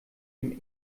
dem